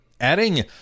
adding